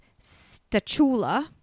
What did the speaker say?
Stachula